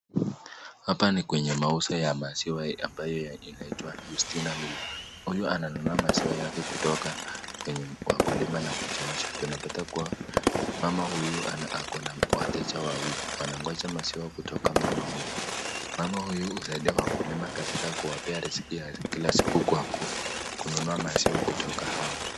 Hapa ni kwenye mauzo ya maziwa ambayo inaitwa ustina milk . Huyu ananunua maziwa yake kutoka kwenye wakulima na kuchemsha. Tunapata kuwa huyu mama ako na wateja wawili wanagonja maziwa kutoka mama huyu. Mama huyu usaidia wakulima katika kuwapea riziki ya kila siku kwa kununua maziwa kutoka kwa hao.